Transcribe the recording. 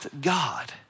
God